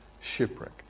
shipwreck